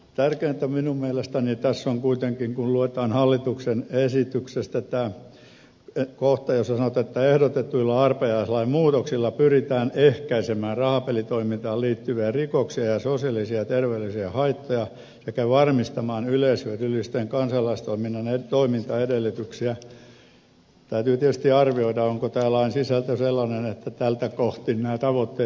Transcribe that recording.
tärkeintä minun mielestäni tässä on kuitenkin kun luetaan hallituksen esityksestä tämä kohta jossa sanotaan että ehdotetuilla arpajaislain muutoksilla pyritään ehkäisemään rahapelitoimintaan liittyviä rikoksia ja sosiaalisia ja terveydellisiä haittoja sekä varmistamaan yleishyödyllisen kansalaistoiminnan toimintaedellytyksiä että täytyy tietysti arvioida onko tämä lain sisältö sellainen että tältä kohti nämä tavoitteet täyttyvät